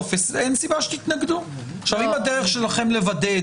אי אפשר לתת לעסק הזה לעסוק באיזה שהוא חלל ריק שכול אחד יפנה למאגר